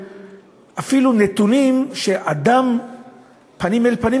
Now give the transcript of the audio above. אפילו רקורד של נתונים שאדם פנים אל פנים,